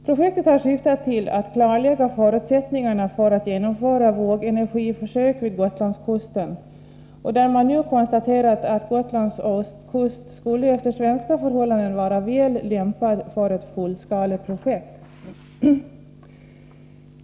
Projektet har syftat till att klarlägga förutsättningarna för att genomföra vågenergiförsök vid Gotlandskusten, och man har nu konstaterat att Gotlands ostkust skulle efter svenska förhållanden vara väl lämpad för ett fullskaleprojekt.